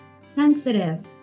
sensitive